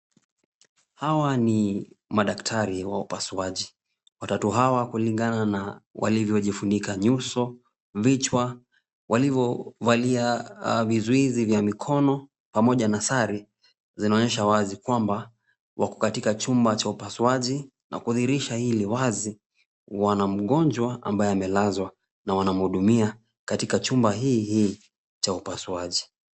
Hawa ni madaktari wa upasuaji. Watatu hawa kulingana na walivyojifunika nyuso, vichwa, walivyovalia vizuizi vya mikono pamoja na sare zinaonyesha wazi kwamba wako katika chumba cha upasuaji na kudhihirisha hili wazi wana mgonjwa ambaye amelazwa na wanamhudumia katika chumba hii hii cha upasuaji.